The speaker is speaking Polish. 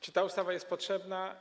Czy ta ustawa jest potrzebna?